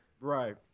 Right